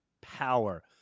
power